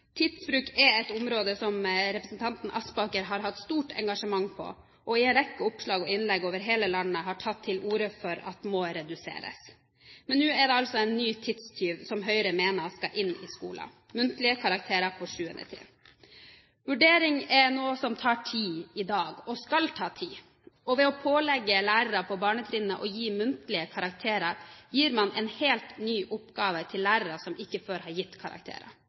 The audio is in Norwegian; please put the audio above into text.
tidsbruk. Tidsbruk er et område som Aspaker har hatt stort engasjement for, og i en rekke oppslag og innlegg over hele landet har tatt til orde for må reduseres. Men nå er det altså en ny tidstyv som Høyre mener skal inn i skolen – muntlige karakterer på 7. trinn. Vurdering er noe som tar tid i dag, og skal ta tid. Ved å pålegge lærere på barnetrinnet å gi muntlige karakterer gir man en helt ny oppgave til lærere som ikke før har gitt karakterer.